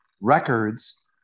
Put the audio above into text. records